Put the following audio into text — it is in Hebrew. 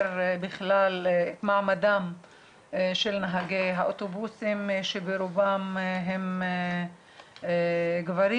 בכלל את מעמדם של נהגי האוטובוסים שברובם הם גברים